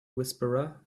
whisperer